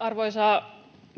Arvoisa